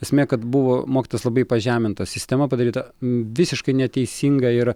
esmė kad buvo mokytojas labai pažemintas sistema padaryta visiškai neteisinga ir